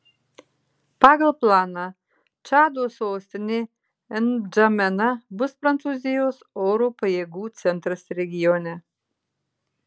pagal planą čado sostinė ndžamena bus prancūzijos oro pajėgų centras regione